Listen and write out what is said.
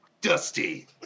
Dusty